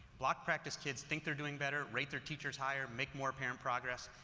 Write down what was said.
block practice kids think they're doing better, rate their teachers higher, make more apparent progress.